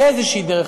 באיזו דרך,